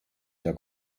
der